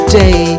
day